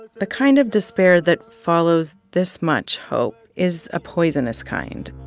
the kind of despair that follows this much hope is a poisonous kind.